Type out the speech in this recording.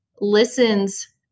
listens